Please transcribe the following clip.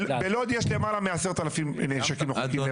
בלוד יש למעלה מ-10,000 נשקים לא חוקיים.